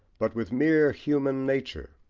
but with mere human nature.